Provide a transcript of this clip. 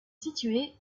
située